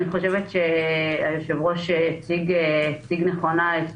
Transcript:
אני חושבת שהיושב ראש הציג נכונה את